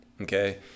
okay